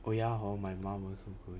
oh ya hor my mom also going